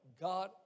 God